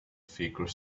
figure